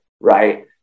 right